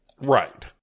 right